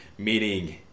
Meaning